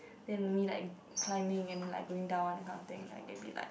then only like climbing and then like going down that kind of thing I get it like